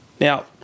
Now